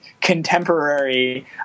contemporary